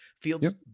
Fields